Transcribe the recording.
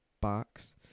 box